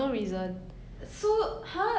this specific character every season